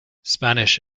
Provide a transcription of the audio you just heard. spanish